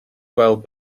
gweld